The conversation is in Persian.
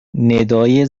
ندای